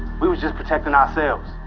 we was just protecting ourselves.